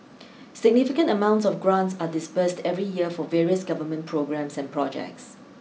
significant amounts of grants are disbursed every year for various Government programmes and projects